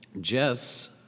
Jess